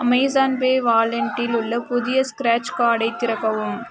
Amazon pay வாலென்ட்டில் உள்ள புதிய ஸ்க்ராட்ச் கார்டை திறக்கவும்